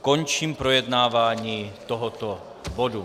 Končím projednávání tohoto bodu.